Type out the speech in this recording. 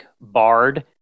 Bard